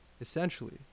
Essentially